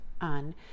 on